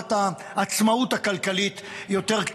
רמת העצמאות הכלכלית קטנה יותר,